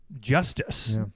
justice